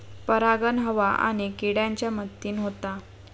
परागण हवा आणि किड्यांच्या मदतीन होता